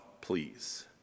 please